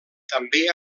també